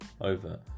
over